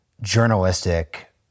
journalistic